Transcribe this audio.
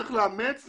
צריך לאמץ,